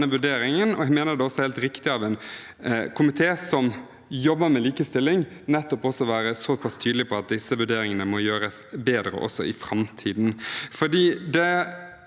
vurderingen, og jeg mener det også er helt riktig av en komité som jobber med likestilling, å være nettopp såpass tydelig på at disse vurderingene må gjøres bedre, også i framtiden. Det